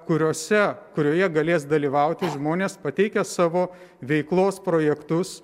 kuriose kurioje galės dalyvauti žmonės pateikę savo veiklos projektus